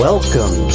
Welcome